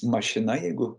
mašina jeigu